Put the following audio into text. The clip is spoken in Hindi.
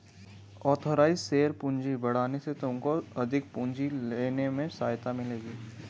ऑथराइज़्ड शेयर पूंजी बढ़ाने से तुमको अधिक पूंजी लाने में सहायता मिलेगी